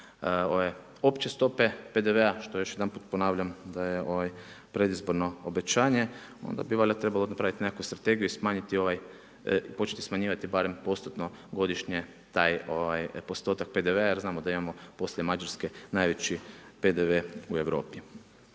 opće stope PDV-a, što još jedanput ponavljam da je predizborno obećanje, onda bi valjda trebalo napraviti nekakvu strategiju i smanjiti ovaj, početi smanjivati barem postotno godišnje taj postotak PDV-a jer znamo da imamo poslije Mađarske najveći PDV u Europi.